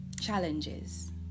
challenges